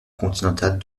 continentale